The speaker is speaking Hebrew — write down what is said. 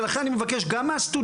ולכן אני מבקש גם מהסטודנטים,